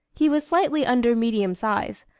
he was slightly under medium size,